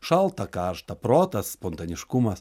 šalta karšta protas spontaniškumas